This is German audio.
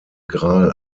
gral